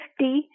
50